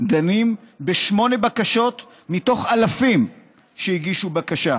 דנים בשמונה בקשות מתוך אלפים שהגישו בקשה?